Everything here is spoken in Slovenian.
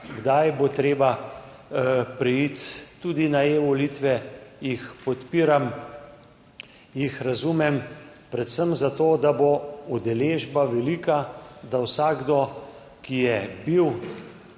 kdaj bo treba preiti tudi na e-volitve, jih podpiram, jih razumem. Predvsem zato da bo udeležba velika, da vsakdo, ki je bil